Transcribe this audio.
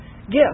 gift